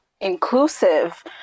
inclusive